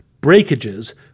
breakages